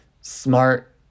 smart